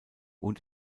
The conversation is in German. und